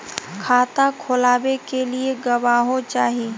खाता खोलाबे के लिए गवाहों चाही?